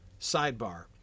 Sidebar